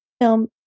film